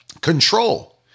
control